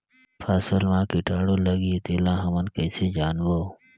फसल मा कीटाणु लगही तेला हमन कइसे जानबो?